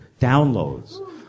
downloads